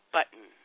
button